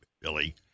Billy